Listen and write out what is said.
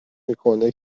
میکنه